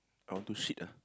I want to shit ah